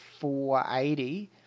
480